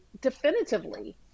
Definitively